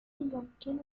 يمكنني